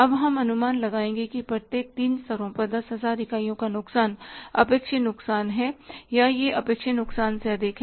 अब हम अनुमान लगाएंगे कि प्रत्येक तीन स्तरों पर 10000 इकाइयों का नुकसान अपेक्षित नुकसान है या यह अपेक्षित नुकसान से अधिक है